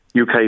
UK